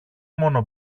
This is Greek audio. μόνο